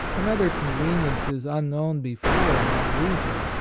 and other conveniences un known before in that region,